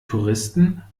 touristen